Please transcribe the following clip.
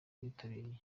bitabiriye